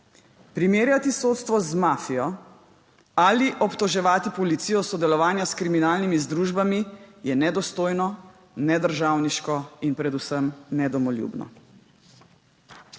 Primerjati sodstvo z mafijo ali obtoževati policijo sodelovanja s kriminalnimi združbami, je nedostojno, nedržavniško in predvsem nedomoljubno.